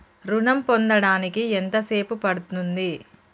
ఋణం పొందడానికి ఎంత సేపు పడ్తుంది?